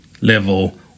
level